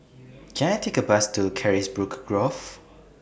Can I Take A Bus to Carisbrooke Grove